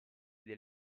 del